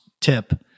tip